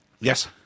Yes